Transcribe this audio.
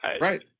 right